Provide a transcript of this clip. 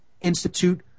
institute